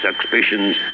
suspicions